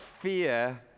fear